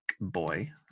boy